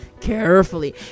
Carefully